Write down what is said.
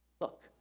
Look